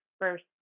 first